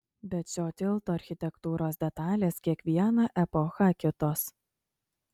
bet šio tilto architektūros detalės kiekvieną epochą kitos